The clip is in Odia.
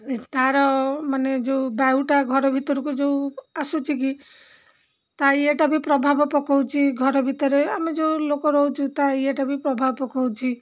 ତାର ମାନେ ଯେଉଁ ବାୟୁଟା ଘର ଭିତରକୁ ଯେଉଁ ଆସୁଛି କି ତା' ଇଏଟା ବି ପ୍ରଭାବ ପକାଉଛି ଘର ଭିତରେ ଆମେ ଯେଉଁ ଲୋକ ରହୁଛୁ ତା' ଇଏଟା ବି ପ୍ରଭାବ ପକାଉଛି